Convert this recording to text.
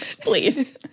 please